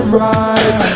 right